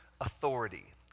authority